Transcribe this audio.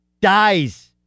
dies